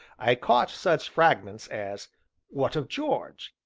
i caught such fragments as what of george?